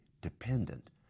dependent